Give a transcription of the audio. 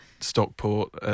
Stockport